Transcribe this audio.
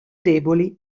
deboli